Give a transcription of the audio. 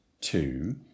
two